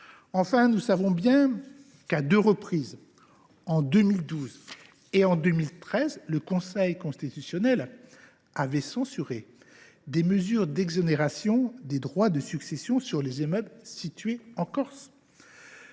Enfin, nous savons bien qu’à deux reprises, en 2012 et en 2013, le Conseil constitutionnel a censuré des mesures d’exonération des droits de succession sur les immeubles situés en Corse,